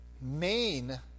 main